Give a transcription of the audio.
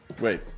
Wait